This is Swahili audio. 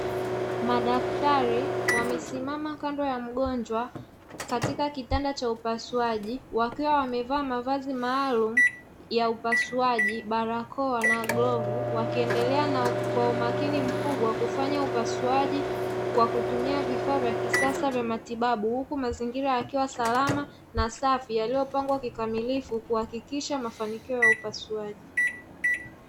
Madaktari wamesimama kando ya mgonjwa katika kitanda cha upasuaji, wakiwa wamevaa mavazi maalumu ya upasuaji, barakoa na glovu wakiendelea kwa umakini mkubwa kufanya upasuaji kwa kutumia vifaa vya kisasa vya matibabu, huku mazingira yakiwa salama na safi, yaliyopangwa kikamilifu kuhakikisha mafanikio ya upasuaji.